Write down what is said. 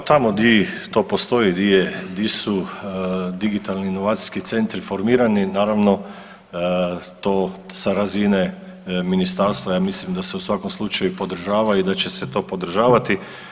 Pa tamo di to postoji, di su digitalni inovacijski centri formirani, naravno, to sa razine ministarstva, ja mislim da se u svakom slučaju podržava i da će se to podržavati.